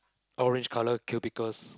orange colour cubicles